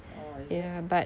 oh is it